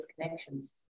connections